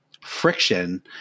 friction